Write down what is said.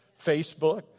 Facebook